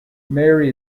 mary